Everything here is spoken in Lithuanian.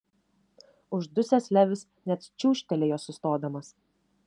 uždusęs levis net čiūžtelėjo sustodamas